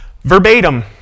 Verbatim